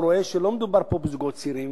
רואה שלא מדובר פה בזוגות צעירים,